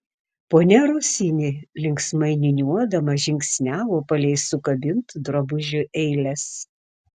ponia rosini linksmai niūniuodama žingsniavo palei sukabintų drabužių eiles